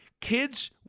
kids